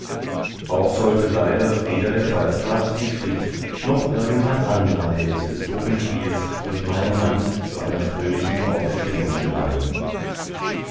auch sollte leider weder der pfalzgraf siegfried noch irgendein anderer held des puppenspiels durch meine hand zu einer fröhlichen auferstehung gelangen